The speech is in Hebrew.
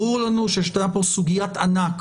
ברור לנו שישנה פה סוגיית ענק